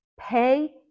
Pay